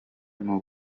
n’u